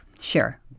sure